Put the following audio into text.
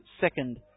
second